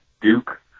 Duke